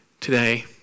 today